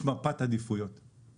יש מפת עדיפויות של משרד הכלכלה.